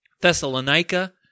Thessalonica